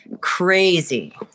crazy